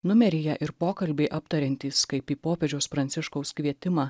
numeryje ir pokalbiai aptariantys kaip į popiežiaus pranciškaus kvietimą